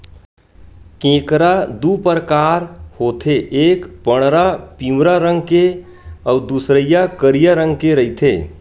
केंकरा दू परकार होथे एक पंडरा पिंवरा रंग के अउ दूसरइया करिया रंग के रहिथे